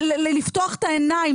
לפתוח את העיניים,